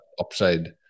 upside